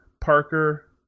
Parker